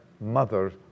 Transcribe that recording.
mother